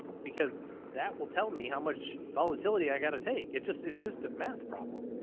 because that will tell me how much volatility i got to take. it just, it's just a math problem.